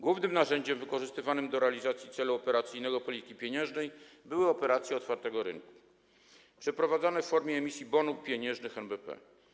Głównym narzędziem wykorzystywanym do realizacji celu operacyjnego polityki pieniężnej były operacje otwartego rynku przeprowadzane w formie emisji bonów pieniężnych NBP.